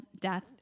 death